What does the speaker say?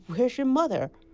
where is your mother?